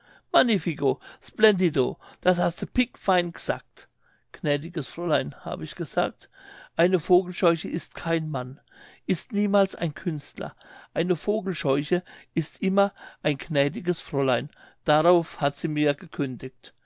magnifico splendido das haste bickfein g'sagt gnädiges fräulein hab ich gesagt einevogelscheuche ist kein mann ist niemals ein künstler eine vogelscheuche ist immer ein gnädiges fräulein darauf hat sie mir gekündigt